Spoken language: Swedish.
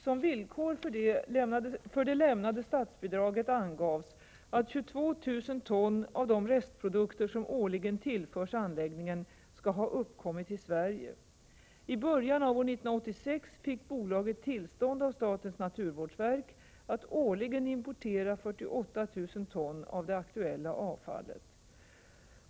Som villkor för det lämnade statsbidraget angavs att 22 000 ton av de restprodukter som årligen tillförs anläggningen skall ha uppkommit i Sverige. I början av år 1986 fick bolaget tillstånd av statens naturvårdsverk att årligen importera 48 000 ton av det aktuella avfallet.